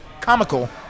comical